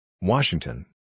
Washington